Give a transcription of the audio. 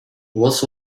was